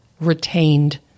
retained